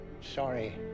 Sorry